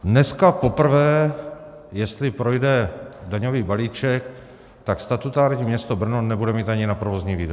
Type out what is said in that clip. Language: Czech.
Dneska poprvé, jestli projde daňový balíček, tak statutární město Brno nebude mít ani na provozní výdaje.